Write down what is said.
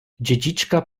dziedziczka